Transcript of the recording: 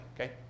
Okay